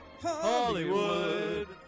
Hollywood